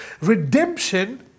Redemption